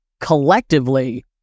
collectively